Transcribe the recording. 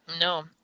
No